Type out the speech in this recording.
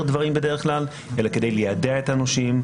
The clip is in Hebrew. דברים בדרך כלל אלא כדי ליידע את הנושים,